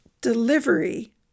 delivery